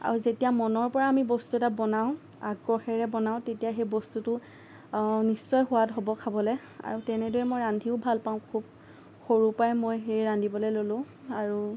আৰু যেতিয়া মনৰ পৰা আমি বস্তু এটা বনাওঁ আগ্ৰহেৰে বনাওঁ তেতিয়া সেই বস্তুটো নিশ্চয় সোৱাদ হ'ব খাবলৈ আৰু তেনেদৰে মই ৰান্ধিও ভাল পাওঁ খুব সৰুৰ পৰাই মই সেই ৰান্ধিবলৈ ললোঁ আৰু